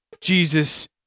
Jesus